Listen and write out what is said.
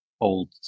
old